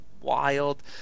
wild